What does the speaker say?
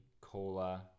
cola